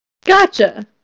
Gotcha